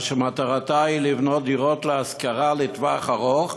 שמטרתה היא לבנות דירות להשכרה לטווח ארוך